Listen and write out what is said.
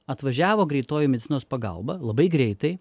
atvažiavo greitoji medicinos pagalba labai greitai